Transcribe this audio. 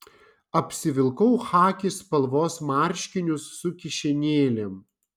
apsivilkau chaki spalvos marškinius su kišenėlėm